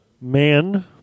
man